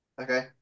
Okay